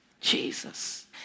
Jesus